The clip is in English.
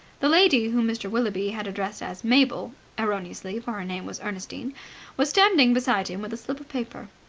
the lady whom mr. willoughby had addressed as mabel erroneously, for her name was ernestine was standing beside him with a slip of paper.